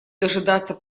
дожидаться